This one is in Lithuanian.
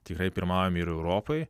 tikrai pirmavom ir europoj